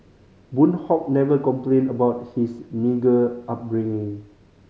Boon Hock never complained about his meagre upbringing